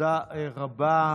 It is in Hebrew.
תודה רבה.